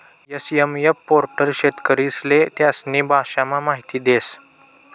SMF portal शेतकरीस्ले त्यास्नी भाषामा माहिती देस